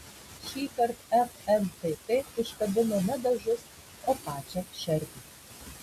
šįkart fntt užkabino ne dažus o pačią šerdį